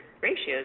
ratios